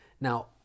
Now